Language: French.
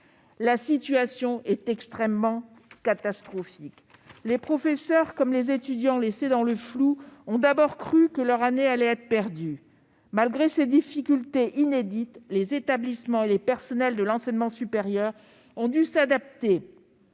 La situation est extrêmement catastrophique. Les professeurs comme les étudiants, laissés dans le flou, ont d'abord cru que leur année allait être perdue. Malgré ces difficultés inédites, les établissements et les personnels de l'enseignement supérieur ont su s'adapter